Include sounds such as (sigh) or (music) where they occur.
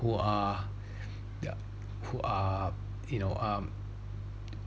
who are (breath) ya who are you know um